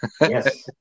Yes